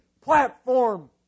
platform